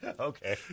Okay